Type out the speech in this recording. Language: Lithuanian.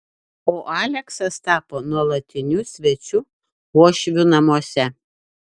o aleksas tapo nuolatiniu svečiu uošvių namuose